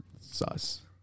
Sauce